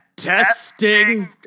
Testing